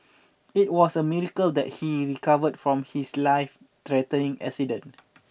it was a miracle that he recovered from his life threatening accident